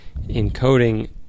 encoding